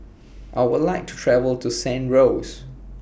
I Would like to travel to San Rose